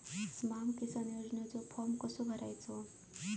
स्माम किसान योजनेचो फॉर्म कसो भरायचो?